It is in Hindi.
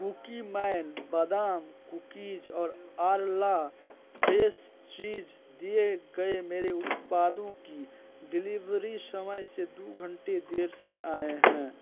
कुकीमैन बादाम कुकीज़ और आर्ला फ्रेश चीज़ दिए गए मेरे उत्पादों की डिलीवरी समय से दो घंटे देर से आई है